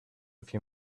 few